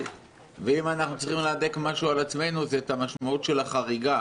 ואם אנחנו צריכים להדק משהו בעצמנו זה את המשמעות של החריגה,